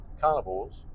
carnivores